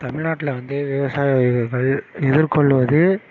தமிழ்நாட்டில் வந்து விவசாயிகள் எதிர்கொள்வது